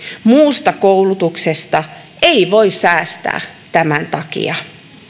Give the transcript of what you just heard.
muusta koulutuksesta ei voi säästää tämän takia